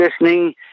listening